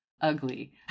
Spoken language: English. ugly